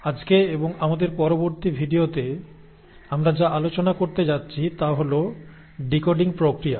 আজকে এবং আমাদের পরবর্তী ভিডিওতে আমরা যা আলোচনা করতে যাচ্ছি তা হল ডিকোডিং প্রক্রিয়া